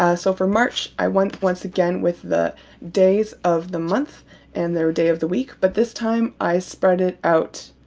ah so for march i went once again with the days of the month and their day of the week but this time i spread it out.